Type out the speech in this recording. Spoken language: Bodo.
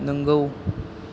नोंगौ